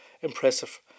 impressive